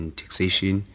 taxation